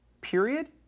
Period